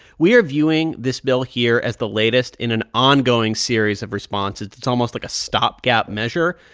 we are viewing this bill here as the latest in an ongoing series of responses. it's almost like a stopgap measure,